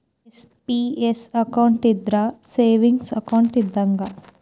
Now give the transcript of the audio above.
NPS account ಇದ್ರ savings account ಇದ್ದಂಗ